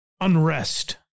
unrest